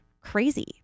crazy